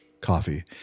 coffee